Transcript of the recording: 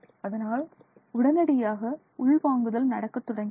அதனால் உடனடியாக உள்வாங்குதல் நடக்கத் தொடங்குகிறது